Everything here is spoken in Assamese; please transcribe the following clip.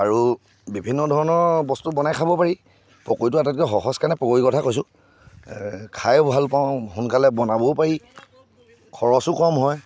আৰু বিভিন্ন ধৰণৰ বস্তু বনাই খাব পাৰি পকৰীটো আটাইতকৈ সহজ কাৰণে পকৰীটোৰ কথা কৈছোঁ খাইও ভাল পাওঁ সোনকালে বনাবও পাৰি খৰছো কম হয়